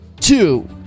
Two